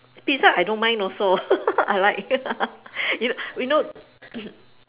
Pizza I don't mind also I like you we know